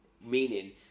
Meaning